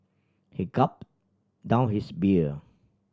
he gulped down his beer